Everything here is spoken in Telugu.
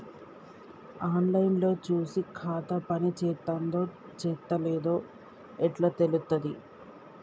ఆన్ లైన్ లో చూసి ఖాతా పనిచేత్తందో చేత్తలేదో ఎట్లా తెలుత్తది?